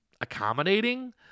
accommodating